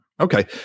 Okay